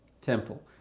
temple